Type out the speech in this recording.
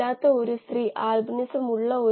അതാണ് ഈ പ്രത്യേക മൊഡ്യൂളിന്റെ പ്രമേയം